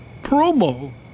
Promo